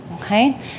okay